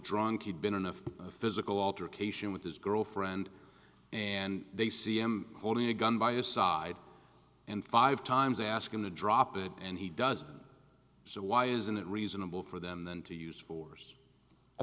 drunk he'd been in a physical altercation with his girlfriend and they see him holding a gun by your side and five times ask him to drop it and he does so why isn't it reasonable for them then to use force i